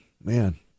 Man